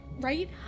right